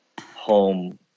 home